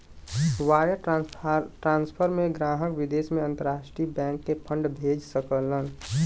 wire transfer में ग्राहक विदेश में अंतरराष्ट्रीय बैंक के फंड भेज सकलन